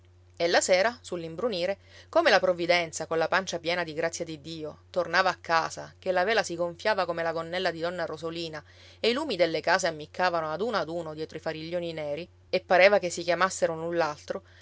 e la sera sull'imbrunire come la provvidenza colla pancia piena di grazia di dio tornava a casa che la vela si gonfiava come la gonnella di donna rosolina e i lumi delle case ammiccavano ad uno ad uno dietro i fariglioni neri e pareva che si chiamassero